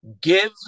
Give